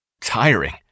tiring